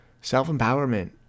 self-empowerment